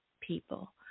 people